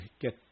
get